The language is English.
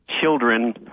children